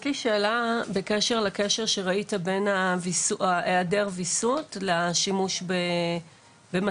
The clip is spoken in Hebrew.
יש לי שאלה בקשר לכשל שראית בין ההיעדר וויסות לבין השימוש במסכים.